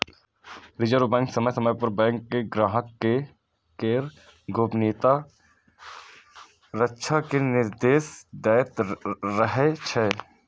reserve bank समय समय पर बैंक कें ग्राहक केर गोपनीयताक रक्षा के निर्देश दैत रहै छै